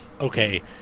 okay